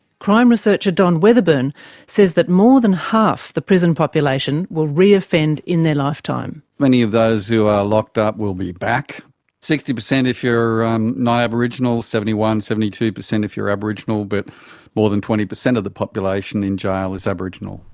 crime researcher don weatherburn says that more than half the prison population will re-offend in their lifetime. many of those who are locked up will be back sixty percent if you're um non-aboriginal, seventy one percent, seventy two percent if you're aboriginal, but more than twenty percent of the population in jail is aboriginal.